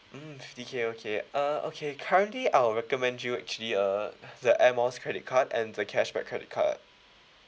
mm fifty K okay uh okay currently I'll recommend you actually uh the air miles credit card and the cashback credit card